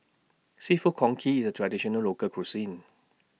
Seafood Congee IS A Traditional Local Cuisine